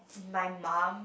my mum